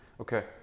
okay